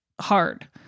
hard